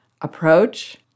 approach